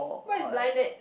what is blind date